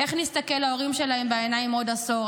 איך נסתכל להורים שלהם בעיניים בעוד עשור?